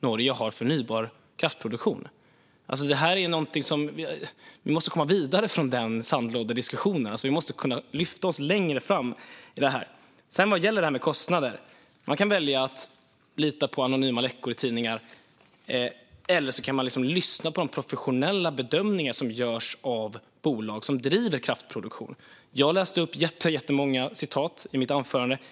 Norge har förnybar kraftproduktion. Vi måste komma vidare från denna sandlådediskussion. Vi måste kunna lyfta oss förbi den. Sedan gäller det kostnader. Man kan välja att lita på anonyma läckor i tidningar, eller så kan man lyssna på de professionella bedömningar som görs av bolag som driver kraftproduktion. Jag läste upp jättemånga citat i mitt anförande.